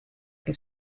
que